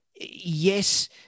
yes